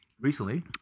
Recently